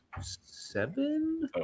seven